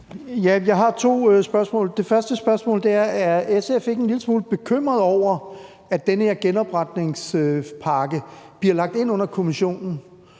Jeg har to spørgsmål. Det første spørgsmål er: Er SF ikke en lille smule bekymret over, at den her genopretningspakke bliver lagt ind under Kommissionen?